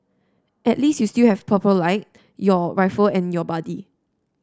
at least you still have purple light your rifle and your buddy